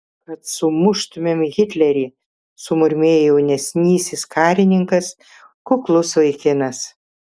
kad sumuštumėm hitlerį sumurmėjo jaunesnysis karininkas kuklus vaikinas